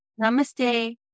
Namaste